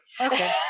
Okay